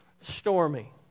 stormy